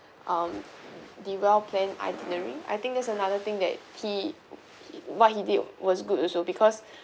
um the well planned itinerary I think that's another thing that he what he did was good also because